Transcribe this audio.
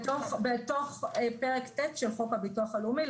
בתוך פרק ט' של חוק הביטוח הלאומי,